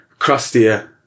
Crustier